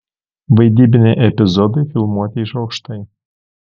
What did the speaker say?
vaidybiniai epizodai filmuoti iš aukštai